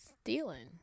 stealing